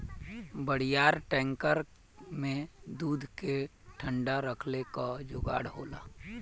बड़ियार टैंकर में दूध के ठंडा रखले क जोगाड़ होला